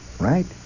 right